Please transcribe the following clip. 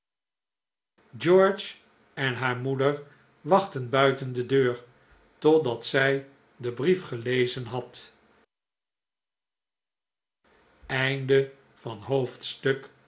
george en haar moeder wachtten buiten de deur totdat zij den brief gelezen had hoofdstuk